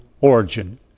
origin